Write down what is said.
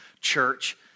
church